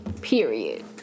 Period